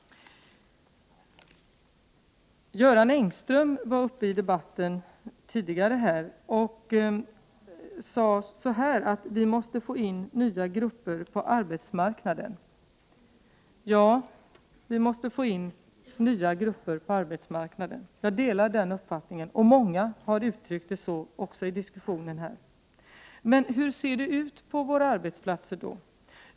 Göran Engström var uppe i debatten tidigare och sade att vi måste få in nya grupper på arbetsmarknaden. Ja, det måste vi; jag delar den uppfattningen. Många andra har också under diskussionen gett uttryck för den uppfattningen. Men hur ser det ut på våra arbetsplatser?